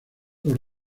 los